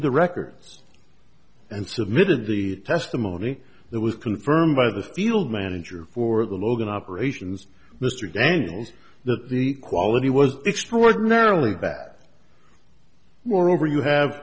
the records and submitted the testimony that was confirmed by the field manager for the logan operations mr daniels that the quality was extraordinarily bad moreover you have